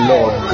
Lord